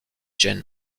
jean